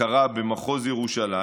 אדוני היושב-ראש,